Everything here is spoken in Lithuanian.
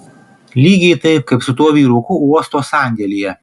lygiai taip kaip su tuo vyruku uosto sandėlyje